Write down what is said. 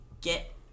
get